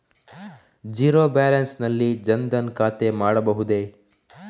Zero balance ನಲ್ಲಿ ಜನ್ ಧನ್ ಖಾತೆ ಮಾಡಬಹುದೇ?